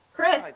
Chris